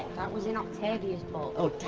that was in octavia's book.